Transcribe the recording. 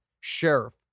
Sheriff